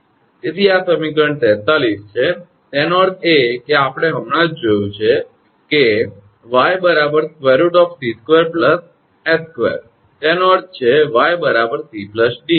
તેથી આ સમીકરણ 43 છે તેનો અર્થ એ કે આપણે હમણાં જ જોયું છે કે 𝑦 √𝑐2 𝑠2 તેનો અર્થ છે 𝑦 𝑐 𝑑